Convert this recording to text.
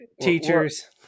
teachers